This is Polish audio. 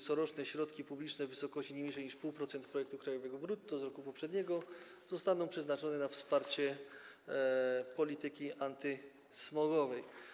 Corocznie środki publiczne w wysokości nie niżej niż 0,5% produktu krajowego brutto z roku poprzedniego zostaną przeznaczone na wsparcie polityki antysmogowej.